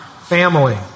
Family